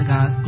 God